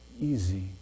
Easy